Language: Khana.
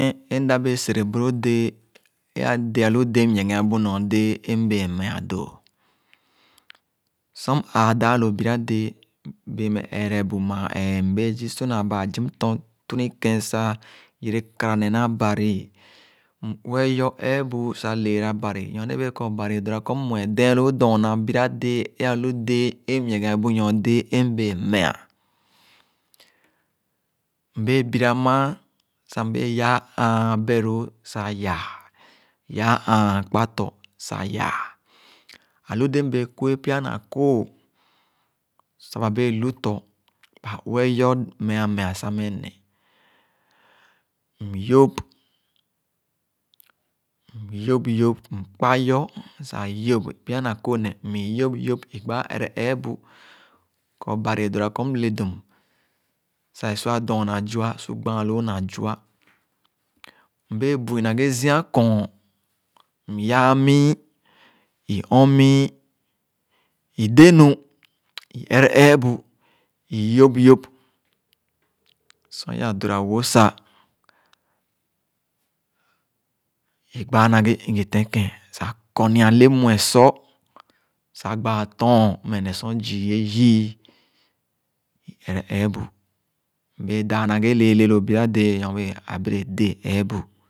En én, mda bee sere bõroh dẽé, ẽ déé alu déé m-nyiegeabu nyor dẽé é mbẽɛ̃ me-ah dõ, sor m-ãã dãã lo bira dẽẽ, bẽẽ meh ẽẽre bu mãã ẽẽ. Mbee zii su na baa zum tɔh twuni kén sãh yere kara neh na. Bari, m-ue-e yor eebu sah leera bari nyorne bẽẽ kor bari é doora kɔr m-mue dẽẽn lõõ dɔɔna bira déé é mbẽẽ me-ah Mbẽẽ bira mããn sah mbẽẽ yãã ããn beh-lo sah yaah, yãã ããn kpatɔ sah yaah. Ãlu déé mbẽẽ kue pya na kooh sah ba bẽẽ lu tɔ, ba ue-e yõr me-al, me-al sah meh neh. M-yóp, m-yóp yóp, m-kpa yór sah yóp, pya na kooh ne mm i-yóp yóp i-gbãã ẽrẽ eebu kɔr. Bari edoora kɔr m-ledum sah é sua dɔɔna zua su gbããn na zua Mbẽẽ bu-i na zia kɔɔn, m-yãã mii, i-ɔ̃n mii, i-de nu, i-ẽrẽ eebu, i-yõp yõp. Sor i-ãã dora-wó sah, i-gbaa na ghe i-ghi tèn kẽn sah kɔr-nia le-mue sɔr, sah gbaa tɔɔn mme sor zii, é yii. É ẽrẽ eebu. Mbe dãã na ghe lee le lo déé nyor bẽẽ a bere déé eebu.